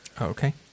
Okay